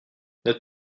notre